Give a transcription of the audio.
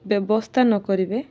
ବ୍ୟବସ୍ଥା ନ କରିବେ